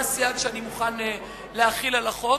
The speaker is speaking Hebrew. מה הסייג שאני מוכן להחיל על החוק?